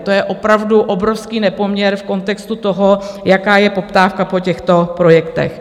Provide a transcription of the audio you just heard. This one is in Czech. To je opravdu obrovský nepoměr v kontextu toho, jaká je poptávka po těchto projektech.